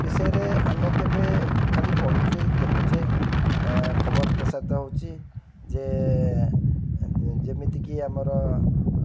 ବିଷୟରେ ଆମେ କେବେ ଖାଲି ପଢ଼ୁଛେ ଦେଖୁଛେ ଖବର ପ୍ରସାରିତ ହେଉଛି ଯେ ଯେମିତିକି ଆମର